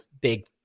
big